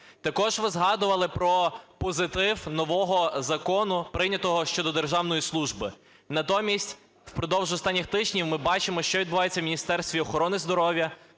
Також ви згадували про позитив нового закону, прийнятого щодо державної служби. Натомість впродовж останніх тижнів ми бачимо, що відбувається у Міністерстві охорони здоров'я,